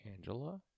Angela